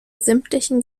sämtlichen